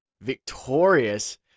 victorious